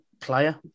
player